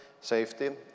safety